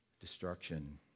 destruction